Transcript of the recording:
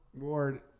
Ward